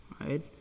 right